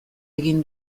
egin